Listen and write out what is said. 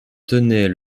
tenais